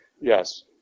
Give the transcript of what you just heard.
yes